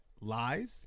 lies